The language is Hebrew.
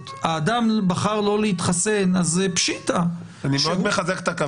"האדם בחר לא להתחסן" --- אני מאוד מחזק את הקו.